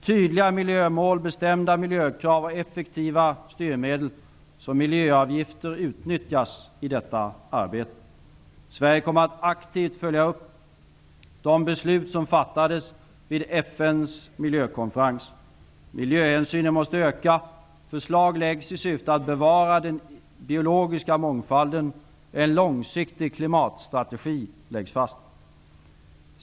Tydliga miljömål, bestämda miljökrav och effektiva styrmedel, som miljöavgifter, utnyttjas i arbetet. Sverige kommer att aktivt följa upp de beslut som fattades vid FN:s miljökonferens. Miljöhänsynen måste öka. Förslag läggs i syfte att bevara den biologiska mångfalden. En långsiktig klimatstrategi läggs fast.